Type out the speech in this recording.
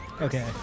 Okay